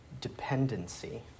dependency